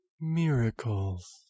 Miracles